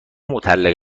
مطلقه